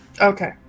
Okay